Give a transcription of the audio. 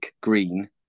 green